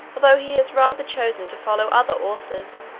although he has rather chosen to follow other authors.